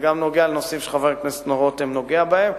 זה גם נוגע לנושאים שחבר הכנסת רותם נוגע בהם.